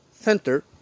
center